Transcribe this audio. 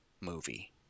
movie